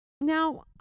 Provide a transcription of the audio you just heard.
Now